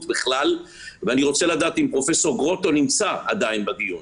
בכלל ואני רוצה לדעת אם פרופ' גרוטו נמצא עדיין בדיון.